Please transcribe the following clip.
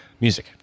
Music